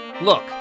Look